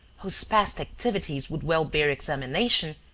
whose past activities would well bear examination,